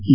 T